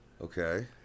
Okay